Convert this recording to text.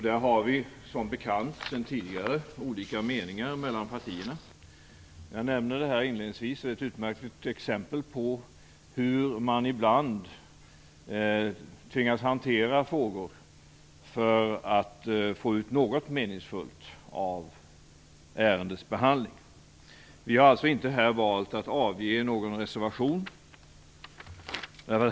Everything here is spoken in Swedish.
Där har vi som bekant sedan tidigare olika meningar mellan partierna. Jag nämner detta inledningsvis, för det är ett utmärkt exempel på hur man ibland tvingas hantera frågor för att få ut något meningsfullt av ärendets behandling. Vi har alltså inte valt att här avge någon reservation.